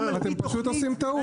אתם פשוט עושים טעות.